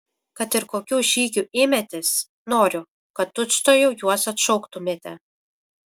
kad ir kokių žygių ėmėtės noriu kad tučtuojau juos atšauktumėte